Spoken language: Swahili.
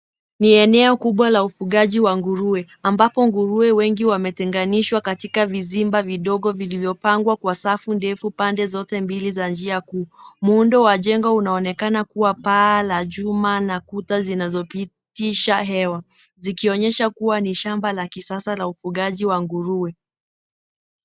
Ni eneo kubwa la ufungaji wa nguruwe ambapo nguruwe wengi wametenganishwa katika vizimba vidogo vilivyopangwa kwa safu ndefu pande zote mbili za njia kuu. Muundo wa jengo unaonekana kuwa paa la chuma na kuta zinazopitisha hewa ,zikionyesha kuwa ni shamba la kisasa la ufugaji wa nguruwe.